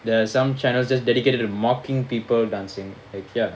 there are some channels just dedicated to mocking people dancing eh